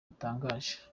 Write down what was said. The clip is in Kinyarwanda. bitangaje